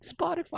Spotify